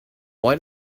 why